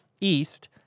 east